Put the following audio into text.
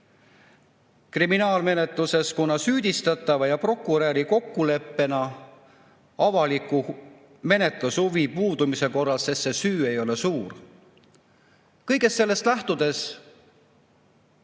kriminaalmenetluses oportuniteediga süüdistatava ja prokuröri kokkuleppena avaliku menetlushuvi puudumise korral, sest see süü ei ole suur. Kõigest sellest lähtudes